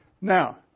Now